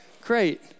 Great